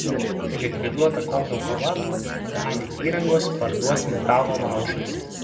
likviduota kauno kova dalį įrangos parduos metalo laužui